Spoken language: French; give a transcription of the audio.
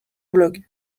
blog